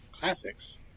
classics